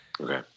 Okay